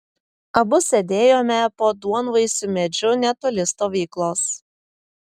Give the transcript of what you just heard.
abu sėdėjome po duonvaisiu medžiu netoli stovyklos